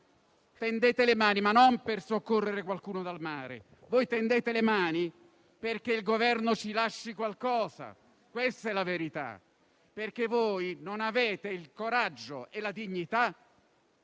Tendete le mani, ma non per soccorrere qualcuno dal mare, voi tendete le mani perché il Governo ci lasci qualcosa. Questa è la verità, perché voi non avete il coraggio e la dignità